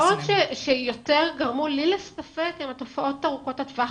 התופעות שיותר גרמו לי לספק הן התופעות ארוכות הטווח.